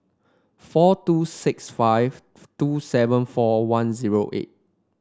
four two six five two seven four one zero eight